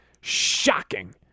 shocking